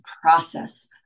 process